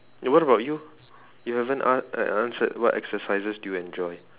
what about you you haven't an~ uh answered what exercises do you enjoy